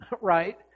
right